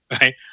right